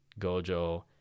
Gojo